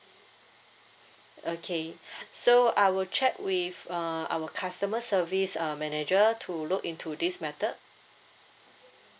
okay so I will check with uh our customer service uh manager to look into this matter